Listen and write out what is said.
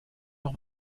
noch